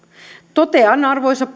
totean arvoisa